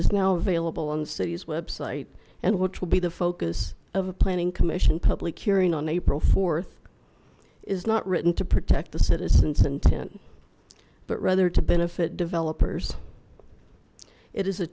the city's website and which will be the focus of a planning commission public hearing on april th is not written to protect the citizens intent but rather to benefit developers it is a